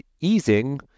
easing